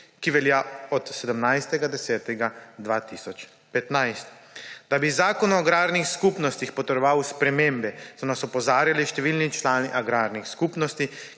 ki velja od 17. 10. 2015. Da bi Zakon o agrarnih skupnostih potreboval spremembe, so nas opozarjali številni člani agrarnih skupnosti,